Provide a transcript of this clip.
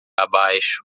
abaixo